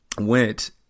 went